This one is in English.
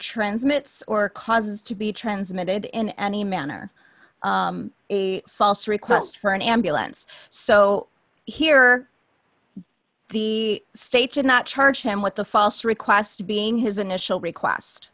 transmits or causes to be transmitted in any manner a false request for an ambulance so here the state did not charge him with the false request being his initial request